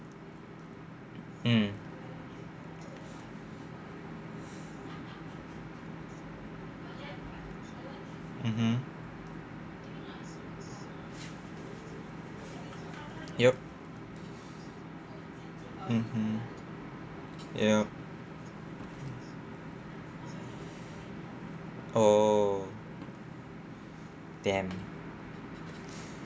mm mmhmm yup mmhmm yup oh damn